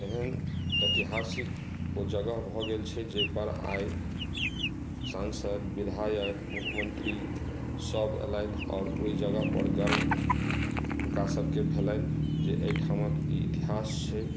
एहन ऐतिहासिक ओ जगह भऽ गेल छै जाहि पर आइ सांसद विधायक मुख्यमंत्री सब अयलैथ आओर ओहि जगह पर गर्व हुनका सबके भेलनि जे एहिठामक इतिहास छै